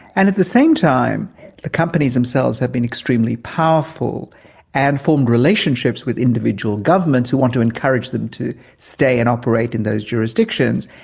and at the same time the companies themselves have been extremely powerful and formed relationships with individual governments who want to encourage them to stay and operate in those jurisdictions,